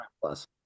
Plus